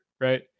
right